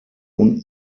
und